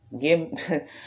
give